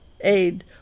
aid